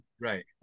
Right